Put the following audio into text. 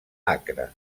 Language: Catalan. acre